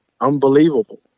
unbelievable